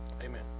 amen